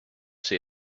see